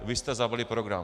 Vy jste zabili program.